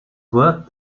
work